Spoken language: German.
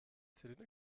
zylinder